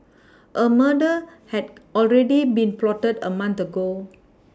a murder had already been plotted a month ago